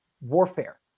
warfare